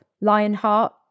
Lionheart